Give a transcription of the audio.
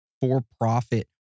for-profit